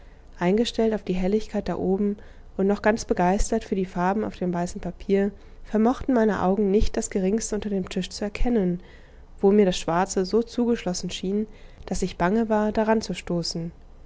eingestellt auf die helligkeit da oben und noch ganz begeistert für die farben auf dem weißen papier vermochten meine augen nicht das geringste unter dem tisch zu erkennen wo mir das schwarze so zugeschlossen schien daß ich bange war daran zu stoßen